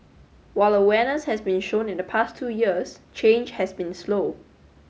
while awareness has been shown in the past two years change has been slow